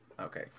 Okay